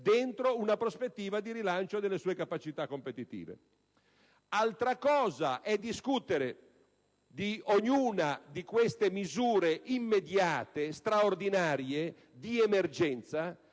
dentro una prospettiva di rilancio delle sue capacità competitive. Altra cosa è discutere di ognuna di queste misure immediate, straordinarie e di emergenza